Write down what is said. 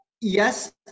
yes –